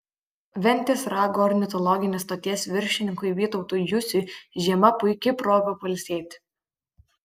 ventės rago ornitologinės stoties viršininkui vytautui jusiui žiema puiki proga pailsėti